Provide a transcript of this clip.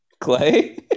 Clay